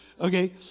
Okay